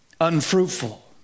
unfruitful